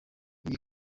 iyi